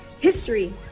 history